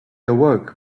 awoke